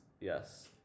Yes